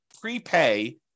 prepay